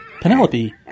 Penelope